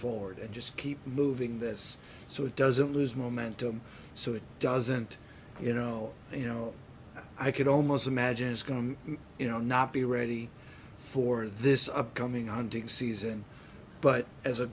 forward and just keep moving this so it doesn't lose momentum so it doesn't you know you know i could almost imagine is going to you know not be ready for this upcoming hunting season but as a